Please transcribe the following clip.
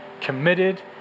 committed